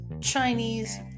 Chinese